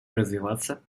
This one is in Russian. развиваться